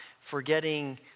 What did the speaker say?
forgetting